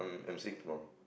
emceeing tomorrow